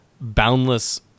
boundless